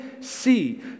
see